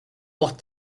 what